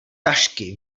tašky